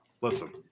listen